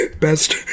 Best